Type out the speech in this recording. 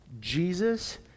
Jesus